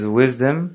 wisdom